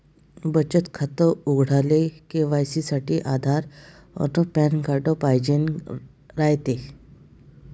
बचत खातं उघडाले के.वाय.सी साठी आधार अन पॅन कार्ड पाइजेन रायते